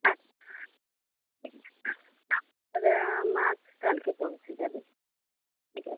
আপনার মাছ কালকে পৌঁছে যাবে ঠিক আছে